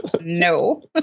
no